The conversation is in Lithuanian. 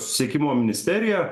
susisiekimo ministerija